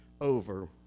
over